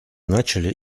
начали